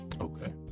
okay